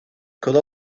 could